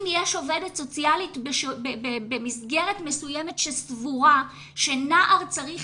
אם יש עובדת סוציאלית במסגרת מסוימת שסבורה שנער צריך